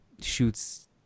shoots